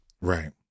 Right